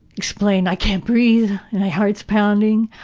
explain i can't breathe, my heart pounding.